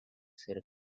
ser